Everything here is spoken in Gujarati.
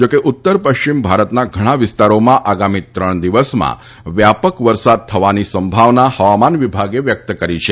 જોકે ઉત્તર પશ્ચિમ ભારતના ઘણાં વિસ્તારોમાં આગામી ત્રણ દિવસમાં વ્યાપક વરસાદ થવાની સંભાવના હવામાન વિભાગે વ્યક્ત કરી છે